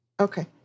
Okay